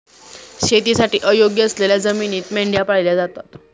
शेतीसाठी अयोग्य असलेल्या जमिनीत मेंढ्या पाळल्या जातात